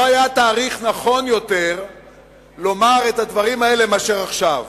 לא היה תאריך נכון יותר לומר את הדברים האלה מאשר עכשיו.